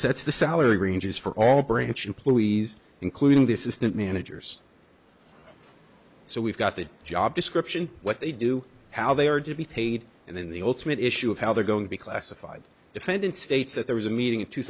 sets the salary ranges for all branch employees including this is that managers so we've got the job description what they do how they are to be paid and then the ultimate issue of how they're going to be classified defendant states that there was a meeting in two